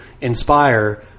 inspire